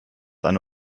eine